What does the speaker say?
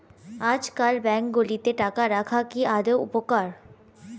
আজকাল ব্যাঙ্কগুলোতে টাকা রাখা কি আদৌ উপকারী?